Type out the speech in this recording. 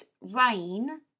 rain